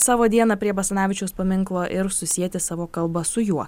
savo dieną prie basanavičiaus paminklo ir susieti savo kalbą su juo